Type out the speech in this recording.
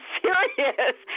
serious